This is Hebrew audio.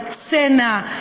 הצנע,